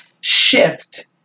shift